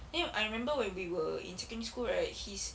then I remember when we were in secondary school right his